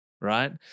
right